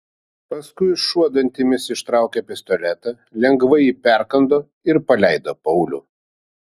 paskui šuo dantimis ištraukė pistoletą lengvai jį perkando ir paleido paulių